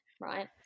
right